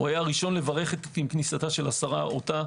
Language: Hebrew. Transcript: הוא היה הראשון לברך עם כניסת השרה אותה.